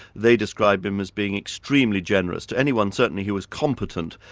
they described him as being extremely generous, to anyone certainly who was competent,